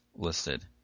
Listed